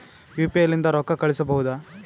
UPI ಲಿಂದ ರೊಕ್ಕ ಕಳಿಸಬಹುದಾ?